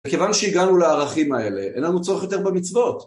וכיוון שהגענו לערכים האלה, אין לנו צורך יותר במצוות.